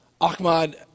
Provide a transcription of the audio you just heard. Ahmad